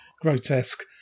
grotesque